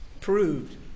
proved